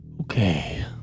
Okay